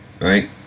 Right